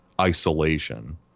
isolation